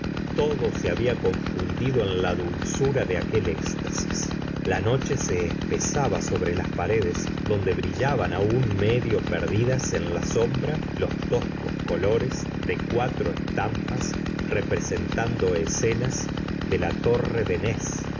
todo se había confundido en la dulzura de aquel éxtasis la noche se espesaba sobre las paredes donde brillaban aún medio perdidas en la sombra los toscos colores de cuatro estampas representando escenas de la torre de